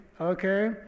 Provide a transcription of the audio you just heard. okay